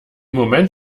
moment